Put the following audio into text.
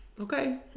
okay